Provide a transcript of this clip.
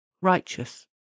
righteous